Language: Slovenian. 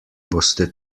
boste